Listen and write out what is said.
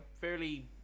fairly